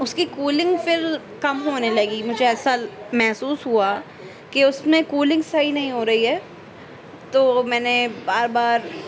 اس کی کولنگ پھر کم ہونے لگی مجھے ایسا محسوس ہوا کہ اس میں کولنگ صحیح نہیں ہو رہی ہے تو میں نے بار بار